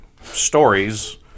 stories